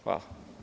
Hvala.